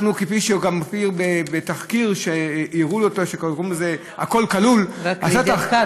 כפי שגם הופיע בתחקיר "הכול כלול" רק לידיעתך,